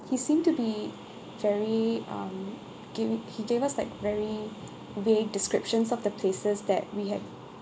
he seemed to be very um givin~ he gave us like very vague descriptions of the places that we had